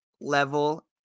level